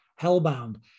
Hellbound